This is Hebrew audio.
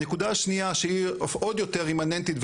הנקודה השנייה שהיא אף עוד יותר אימננטית,